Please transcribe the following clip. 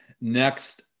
Next